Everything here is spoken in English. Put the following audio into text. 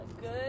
good